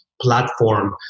platform